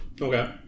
Okay